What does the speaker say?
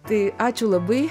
tai ačiū labai